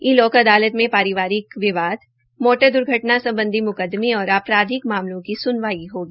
ई लोक अदालत में पारिवारिक विवाद मोटर द्र्घटना सम्बधी म्कदमें और आपराधिक मामलों की सूनवाई होगी